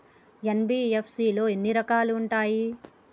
NBFC లో ఎన్ని రకాలు ఉంటాయి?